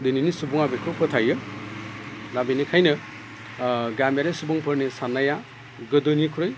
दिनैनि सुबुङा बेखौ फोथायो दा बेनिखायनो गामियारि सुबुंफोरनि साननाया गोदोनिख्रुइ